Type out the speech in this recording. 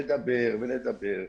אפשר לדבר ולדבר,